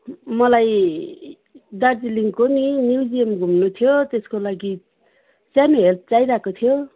मलाई दार्जिलिङको नि म्युजियम घुम्नु थियो त्यसको लागि सानो हेल्प चाहिरहेको थियो